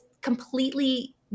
completely